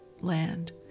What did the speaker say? land